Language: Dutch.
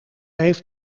heeft